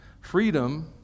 freedom